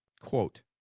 quote